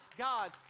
God